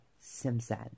Simpson